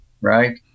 right